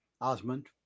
Osmond